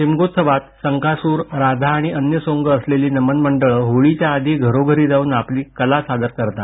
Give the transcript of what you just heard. शिमगोत्सवात संकासुर राधा आणि अन्य सोंग असलेली नमन मंडळ होळीच्या आधी घरोघरी जाऊन आपली कला सादर करतात